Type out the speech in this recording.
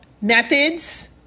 methods